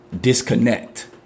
disconnect